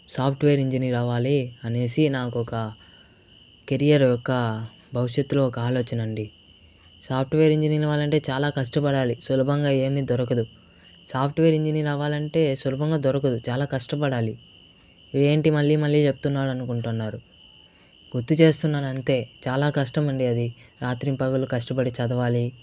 software engineer అవ్వాలి అనేసి నాకు ఒక కెరియర్ ఒక భవిష్యత్తులో ఒక ఆలోచనండి సాఫ్ట్వేర్ ఇంజనీర్ అవ్వాలంటే చాలా కష్టపడాలి సులభంగా ఏమీ దొరకదు సాఫ్ట్వేర్ ఇంజనీర్ అవ్వాలంటే సులభంగా దొరకదు చాలా కష్టపడాలి వీడేంటి మళ్ళీ మళ్ళీ చెప్తున్నాడు అనుకుంటున్నారు గుర్తు చేస్తున్నాను అంతే చాలా కష్టం అండి అది రాత్రింపవళ్ళు కష్టపడి చదవాలి